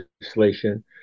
legislation